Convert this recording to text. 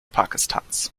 pakistans